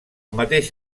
mateix